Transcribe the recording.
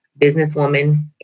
businesswoman